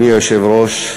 אדוני היושב-ראש,